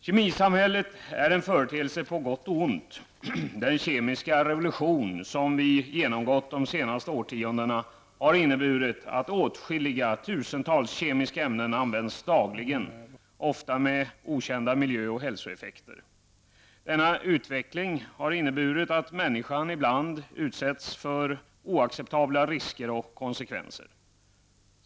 Kemisamhället är en företeelse på gott och ont. Den ''kemiska revolution'' som vi genomgått under de senaste årtiondena har inneburit att åtskilliga tusen kemiska ämnen används dagligen -- ofta med okända miljö och hälsoeffekter. Denna utveckling har inneburit att människan ibland utsätts för oacceptabla risker och konsekvenser.